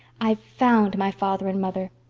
i've found my father and mother.